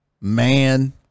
man